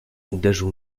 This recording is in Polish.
uderzał